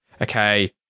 okay